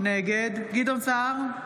נגד גדעון סער,